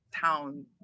town